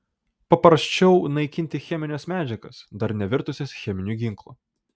paprasčiau naikinti chemines medžiagas dar nevirtusias cheminiu ginklu